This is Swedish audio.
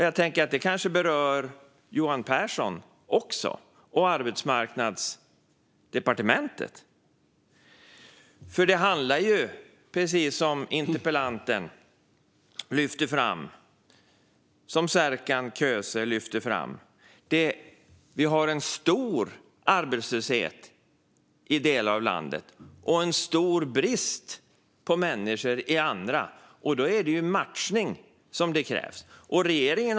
Jag tänker att det kanske berör även Johan Pehrson och Arbetsmarknadsdepartementet. Precis som interpellanten Serkan Köse har lyft fram handlar det nämligen om att vi har en stor arbetslöshet i delar av landet och en stor brist på människor i andra delar. Då är det matchning som krävs.